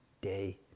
day